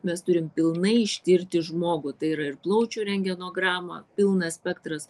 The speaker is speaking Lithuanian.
mes turim pilnai ištirti žmogų tai yra ir plaučių rentgenogramą pilnas spektras